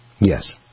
Yes